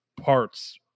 parts